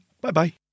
Bye-bye